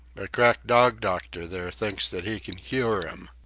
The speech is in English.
a crack dog-doctor there thinks that he can cure m.